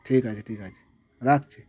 ঠিক আছে ঠিক আছে রাখছি